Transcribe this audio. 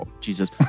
Jesus